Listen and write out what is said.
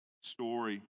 story